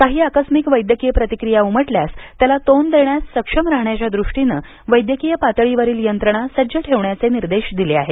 काही आकस्मिक वैद्यकीय प्रतिक्रिया उमटल्यास त्याला तोंड देण्यास सक्षम राहण्याच्या दृष्टीनं वैद्यकीय पातळीवरील यंत्रणा सज्ज ठेवण्याचे निर्देश दिले आहेत